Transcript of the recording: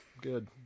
Good